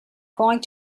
going